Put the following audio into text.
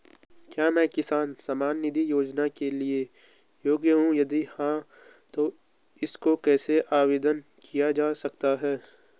क्या मैं किसान सम्मान निधि योजना के लिए योग्य हूँ यदि हाँ तो इसको कैसे आवेदन किया जा सकता है?